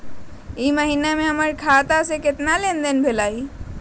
ई महीना में हमर खाता से केतना लेनदेन भेलइ?